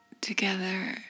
together